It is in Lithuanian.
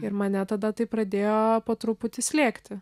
ir mane tada tai pradėjo po truputį slėgti